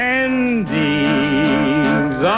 endings